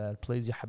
please